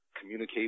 communicate